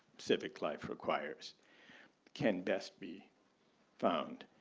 civic life requires can best be found.